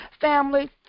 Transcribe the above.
Family